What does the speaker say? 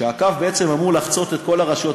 שהקו בעצם אמור לחצות את כל הרשויות,